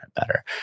better